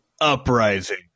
Uprising